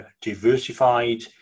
diversified